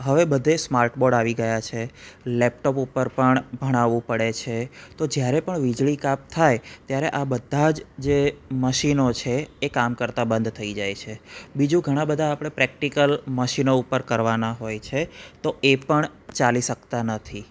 હવે બધે smart board આવી ગયા છે લેપટોપ ઉપર પણ ભણાવું પડે છે તો જ્યારે પણ વીજળી કાપ થાય ત્યારે આ બધા જ જે મશીનો છે એ કામ કરતાં બંધ થઈ જાય છે બીજું ઘણા બધા આપણે પ્રેક્ટિકલ મશીનો ઉપર કરવાના હોય છે તો એ પણ ચાલી શકતા નથી